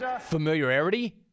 familiarity